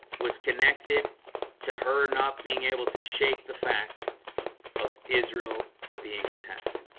was connected to her not being able to shake the fact of israel being attacked